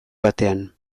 batean